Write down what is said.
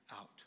out